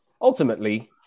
Ultimately